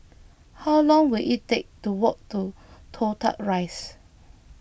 how long will it take to walk to Toh Tuck Rise